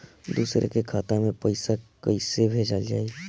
दूसरे के खाता में पइसा केइसे भेजल जाइ?